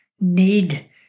need